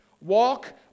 Walk